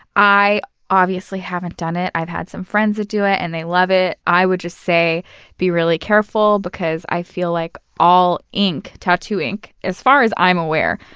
i obviously haven't done it. i've had some friends that do it, and they love it. i would just say be really careful because i feel like all ink, tattoo ink as far as i'm aware,